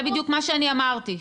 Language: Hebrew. זה בדיוק מה שאני אמרתי,